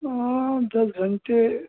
हाँ दस घंटे